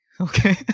Okay